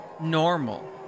normal